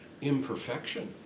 imperfection